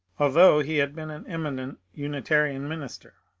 although he had been an eminent unitarian minister.